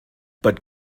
but